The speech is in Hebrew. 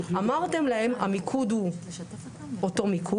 אמרתם להם המיקוד הוא אותו מיקוד,